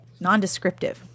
nondescriptive